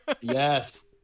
yes